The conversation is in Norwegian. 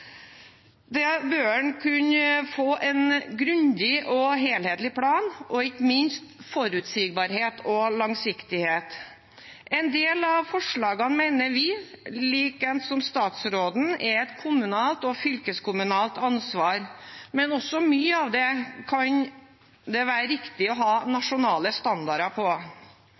Da bør man kunne få en grundig og helhetlig plan, og ikke minst forutsigbarhet og langsiktighet. En del av forslagene mener vi, i likhet med statsråden, er et kommunalt og fylkeskommunalt ansvar. Men mye av det kan det også være riktig å ha nasjonale standarder